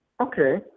Okay